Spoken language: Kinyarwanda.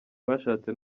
bashatse